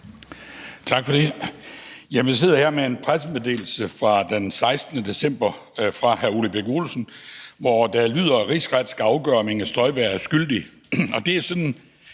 Tak for det. Jamen jeg sidder her med en pressemeddelelse fra den 16. december fra hr. Ole Birk Olesen, som lyder: »Rigsret skal afgøre, om Inger Støjberg er skyldig«.